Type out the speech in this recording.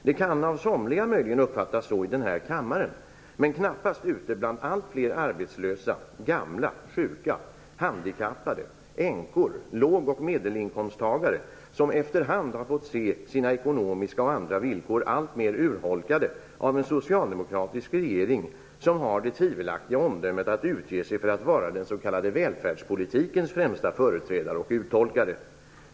Det kan av somliga möjligen uppfattas så i denna kammare men knappast ute bland alltfler arbetslösa, gamla, sjuka, handikappade, änkor, låg och medelinkomsttagare, som efter hand har fått se sina ekonomiska och andra villkor alltmer urholkade av en socialdemokratisk regering som har det tvivelaktiga omdömet att utge sig för att vara den s.k. välfärdspolitikens främsta företrädare och uttolkare.